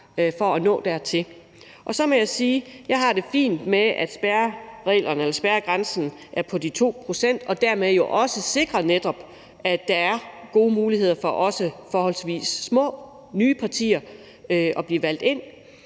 for at nå dertil. Og så må jeg sige, at jeg har det fint med, at spærregrænsen er på 2 pct., og dermed jo netop også sikrer, at der er gode muligheder også for forholdsvis små, nye partier at blive valgt ind,